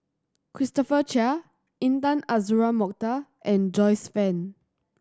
Christopher Chia Intan Azura Mokhtar and Joyce Fan